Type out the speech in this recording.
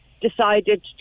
decided